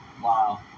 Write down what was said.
Wow